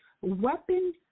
weapon